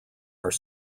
are